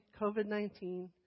COVID-19